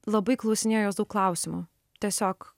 labai klausinėjau jos daug klausimų tiesiog